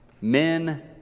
men